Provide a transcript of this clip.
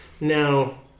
Now